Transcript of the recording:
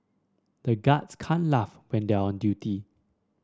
the guards can't laugh when they are on duty